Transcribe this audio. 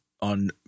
on